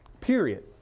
Period